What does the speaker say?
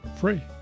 free